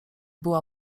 była